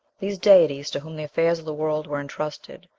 these deities, to whom the affairs of the world were intrusted,